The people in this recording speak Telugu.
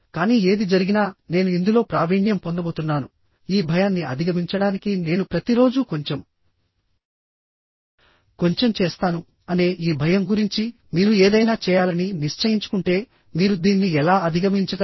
కానీ ఏది జరిగినా నేను ఇందులో ప్రావీణ్యం పొందబోతున్నాను ఈ భయాన్ని అధిగమించడానికి నేను ప్రతిరోజూ కొంచెం కొంచెం చేస్తాను అనే ఈ భయం గురించి మీరు ఏదైనా చేయాలని నిశ్చయించుకుంటే మీరు దీన్ని ఎలా అధిగమించగలరు